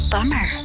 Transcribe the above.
Bummer